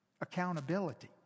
accountability